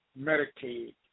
Medicaid